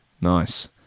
Nice